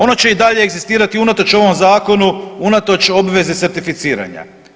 Ono će i dalje egzistirati unatoč ovom zakonu, unatoč obvezi certificiranja.